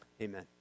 Amen